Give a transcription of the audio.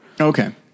Okay